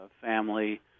family